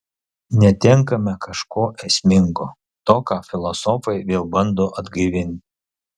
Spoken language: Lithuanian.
netenkame kažko esmingo to ką filosofai vėl bando atgaivinti